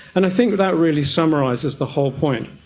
and i think that really summarises the whole point.